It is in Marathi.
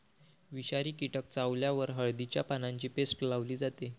विषारी कीटक चावल्यावर हळदीच्या पानांची पेस्ट लावली जाते